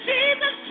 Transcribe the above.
Jesus